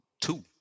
two